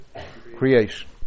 creation